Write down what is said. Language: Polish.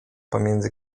pomiędzy